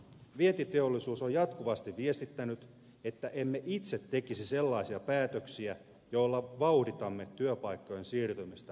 vientiteollisuus on jatkuvasti viestittänyt että emme itse tekisi sellaisia päätöksiä joilla vauhditamme työpaikkojen siirtymistä ulkomaille